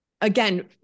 again